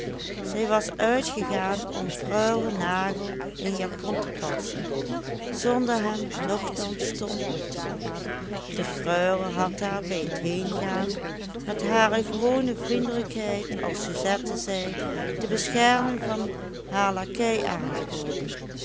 zij was uitgegaan om freule nagel een japon te passen zonder hem nochtans te ontmoeten de freule had haar bij het heengaan met hare gewone vriendelijkheid als suzette zei de bescherming van haar lakei aangeboden